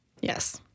Yes